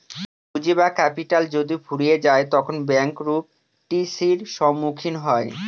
পুঁজি বা ক্যাপিটাল যদি ফুরিয়ে যায় তখন ব্যাঙ্ক রূপ টি.সির সম্মুখীন হয়